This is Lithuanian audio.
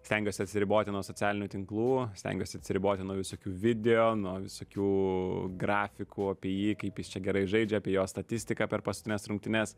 stengiuosi atsiriboti nuo socialinių tinklų stengiuosi atsiriboti nuo visokių video nuo visokių grafikų apie jį kaip jis čia gerai žaidžia apie jo statistiką per paskutines rungtynes